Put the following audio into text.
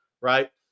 right